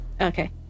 okay